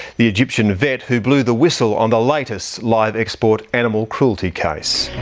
the egyptian vet who blew the whistle on the latest live export animal cruelty case.